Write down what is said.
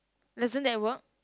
doesn't that work